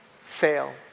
fail